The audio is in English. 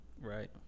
Right